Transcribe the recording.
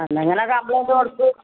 എന്നാൽ നിങ്ങൾ കംപ്ളേയിന്റ് കൊടുക്ക്